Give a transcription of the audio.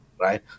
right